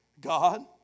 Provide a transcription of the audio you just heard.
God